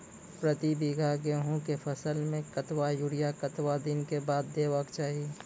प्रति बीघा गेहूँमक फसल मे कतबा यूरिया कतवा दिनऽक बाद देवाक चाही?